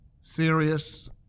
serious